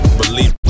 believe